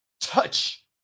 touch